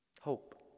hope